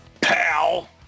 pal